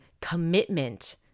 commitment